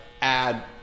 add